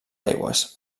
aigües